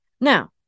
Now